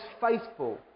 faithful